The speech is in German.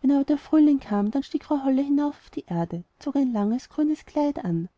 wenn aber der frühling kam dann stieg frau holle herauf auf die erde zog ein langes grünes kleid an